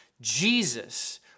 Jesus